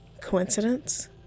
Coincidence